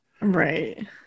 Right